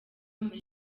muri